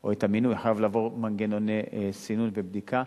או את המינוי, חייב לעבור מנגנוני סינון ובדיקה.